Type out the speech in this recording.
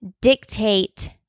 dictate